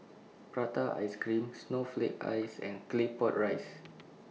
Prata Ice Cream Snowflake Ice and Claypot Rice